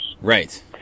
Right